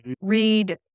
read